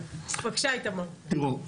טוב,